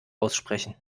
aussprechen